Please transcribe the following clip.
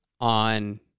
on